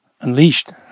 unleashed